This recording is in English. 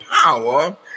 power